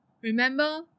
Remember